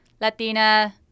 Latina